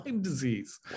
disease